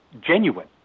genuine